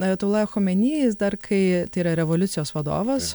ajatula chomeny jis dar kai tai yra revoliucijos vadovas